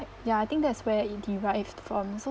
ya I think that's where it derived from so